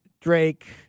Drake